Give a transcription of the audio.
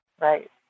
right